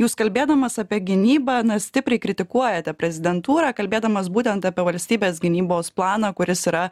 jūs kalbėdamas apie gynybą na stipriai kritikuojate prezidentūrą kalbėdamas būtent apie valstybės gynybos planą kuris yra